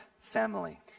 family